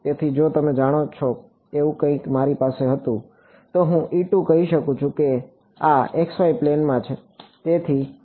તેથી જો તમે જાણો છો એવું કંઈક મારી પાસે હતું તો હું કહી શકું છું કે આ xy પ્લેનમાં છે